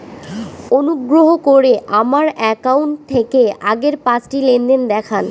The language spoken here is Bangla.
অনুগ্রহ করে আমার অ্যাকাউন্ট থেকে আগের পাঁচটি লেনদেন দেখান